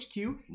hq